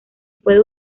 puede